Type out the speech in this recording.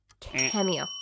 cameo